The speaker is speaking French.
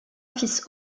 fils